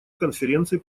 конференции